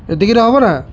ଏତିକିରେ ହବ ନା